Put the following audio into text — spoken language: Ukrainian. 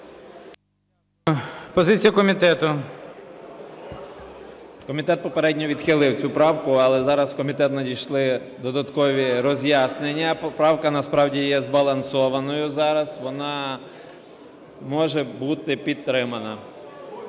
ГЕВКО В.Л. Комітет попередньо відхилив цю правку, але зараз в комітет надійшли додаткові роз'яснення, поправка насправді є збалансованою зараз, вона може бути підтримана,